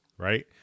right